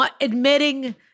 admitting